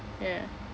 ya